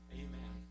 amen